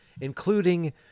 including